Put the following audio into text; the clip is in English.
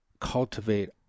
cultivate